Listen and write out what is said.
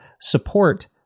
support